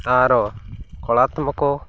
ତାର କଳାତ୍ମକ